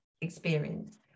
experience